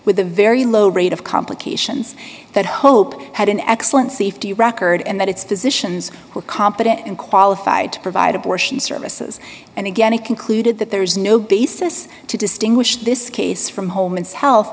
with a very low rate of complications that hope had an excellent safety record and that it's physicians who are competent and qualified to provide abortion services and again it concluded that there is no basis to distinguish this case from home and health